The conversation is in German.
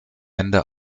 ende